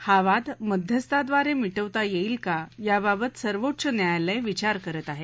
हा वाद मध्यस्थांद्वारे मिटवता येईल का याबाबत सर्वोच्च न्यायालय विचार करत आहे